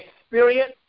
experience